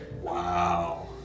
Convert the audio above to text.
Wow